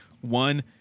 one